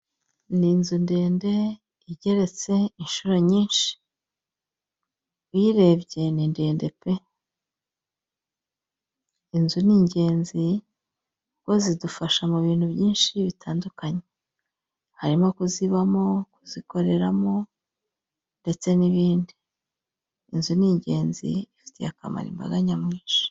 Ni inzu ndende igeretse inshuro nyinshi, uyirebye ni ndende pe! Inzu ni ingenzi kuko zidufasha mu bintu byinshi bitandukanye: harimo kuzibamo kuzikoreramo ndetse n'ibindi, inzu ni ingenzi ifitiye akamaro imbaga nyamwinshi.